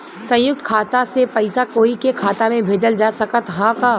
संयुक्त खाता से पयिसा कोई के खाता में भेजल जा सकत ह का?